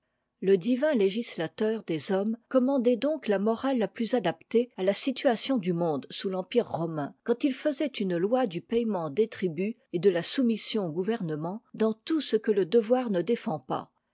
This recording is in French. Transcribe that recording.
le divin législateur des hommes cominandait donc la morale la plus adaptée à la situation du monde sous l'empire romain quand il faisait une loi du payement des tributs et de la soumission au gouvernement dans tout ce que le devoir ne défend pas